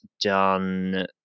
done